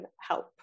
help